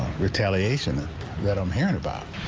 retaliation that that i'm hearing about.